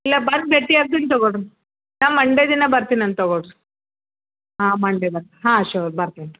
ಇಲ್ಲ ಬಂದು ಭೇಟಿ ಆಗ್ತೀನಿ ತಗೊಳ್ರಿ ನಾನು ಮಂಡೇ ದಿನ ಬರ್ತೀನಿ ಅಂತ ತಗೊಳ್ರಿ ಹಾಂ ಮಂಡೆ ಬರ್ರಿ ಹಾಂ ಶೋರ್ ಬರ್ತೀನಿ ರೀ